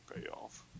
payoff